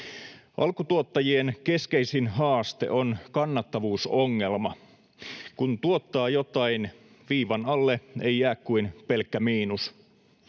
Alkutuottajien keskeisin haaste on kannattavuusongelma: kun tuottaa jotain, viivan alle ei jää kuin pelkkä miinus.